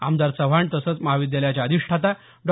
आमदार चव्हाण तसंच महाविद्यालयाच्या अधिष्ठाता डॉ